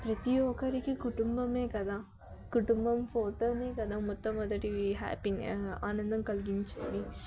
ప్రతి ఒక్కరికి కుటుంబం కదా కుటుంబం ఫోటో కదా మొట్ట మొదటి హ్యాపీ ఆనందం కలిగించేది